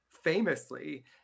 famously